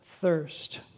thirst